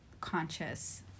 conscious